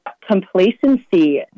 complacency